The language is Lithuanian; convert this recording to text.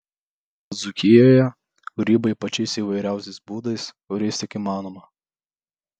o dzūkijoje grybai pačiais įvairiausiais būdais kuriais tik įmanoma